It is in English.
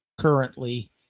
currently